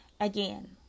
Again